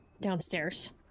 downstairs